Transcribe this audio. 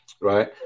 Right